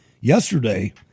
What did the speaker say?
Yesterday